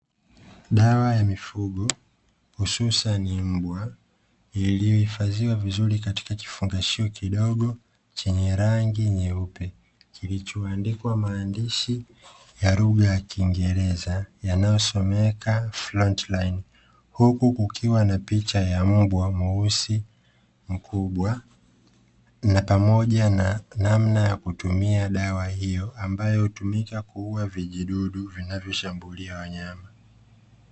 Dawa ya mifugo hususani mbwa, iliyohifadhiwa vizuri katika kifungashio kidogo chenye rangi nyeupe, kilichoandikwa maandishi ya lugha ya kiingereza yanayosomeka “frontline”, huku kukiwa na picha ya mbwa mweusi mkubwa na pamoja ya namna yakutumia dawa hiyo, ambayo hutumika kuua vijidudu vinavyoshambulia wanyama.